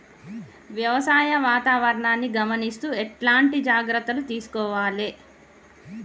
వ్యవసాయ వాతావరణాన్ని గమనిస్తూ ఎట్లాంటి జాగ్రత్తలు తీసుకోవాలే?